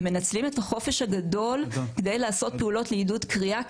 ומנצלים את החופש הגדול כדי לעשות פעולות לעידוד קריאה,